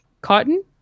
Cotton